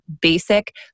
basic